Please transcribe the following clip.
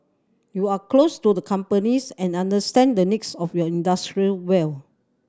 you are close to the companies and understand the needs of your industry well